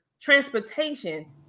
transportation